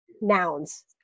nouns